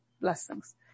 blessings